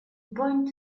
point